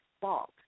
fault